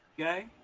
Okay